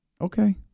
Okay